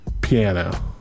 Piano